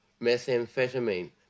methamphetamine